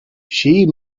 she